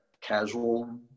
casual